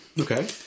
Okay